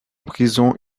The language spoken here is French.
prison